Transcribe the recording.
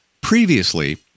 Previously